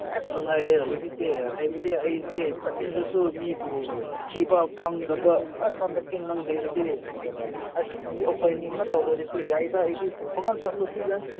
ꯑꯩꯁ ꯅꯨꯡꯉꯥꯏꯔꯦ ꯍꯧꯖꯤꯛꯇꯤ ꯍꯥꯏꯕꯗꯤ ꯑꯩꯗꯤ ꯆꯠꯅꯤꯡꯂꯒꯁꯨ ꯃꯤꯕꯨ ꯊꯤꯕ ꯐꯪꯗꯕ ꯑꯁ ꯍꯟꯗꯛꯇꯤ ꯅꯪ ꯂꯩꯔꯗꯤ ꯑꯁ ꯃꯤ ꯑꯩꯈꯣꯏꯅꯤ ꯉꯥꯛꯇ ꯑꯣꯏꯔꯁꯨ ꯌꯥꯏꯗ ꯑꯩꯗꯤ ꯇꯣꯡꯉꯥꯟ ꯆꯠꯂꯁꯨ ꯌꯥꯏ